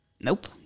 Nope